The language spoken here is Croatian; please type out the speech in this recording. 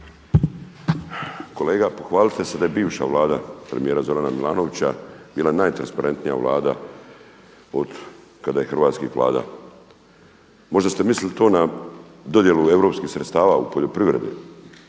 Kolega pohvalite se da je bivša Vlada premijera Zorana Milanovića bila najtransparentnija Vlada od kada je hrvatskih Vlada. Možda ste mislili to na dodjelu europskih sredstava u poljoprivredi